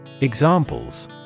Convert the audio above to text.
Examples